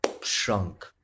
shrunk